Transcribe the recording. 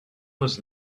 was